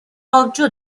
آبجو